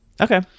Okay